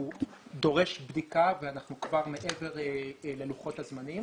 דורש בדיקה ואנחנו כבר מעבר ללוחות הזמנים